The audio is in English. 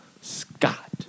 Scott